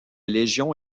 légion